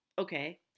okay